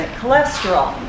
cholesterol